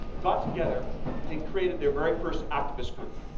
got together and created their very first activist group.